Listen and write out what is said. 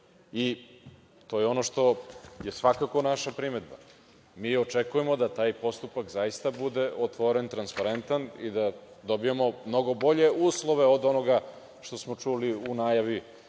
i to je ono što je svakako naša primedba. Mi očekujemo da taj postupak zaista bude otvoren, transparentan i da dobijamo mnogo bolje uslove od onoga što smo čuli u najavi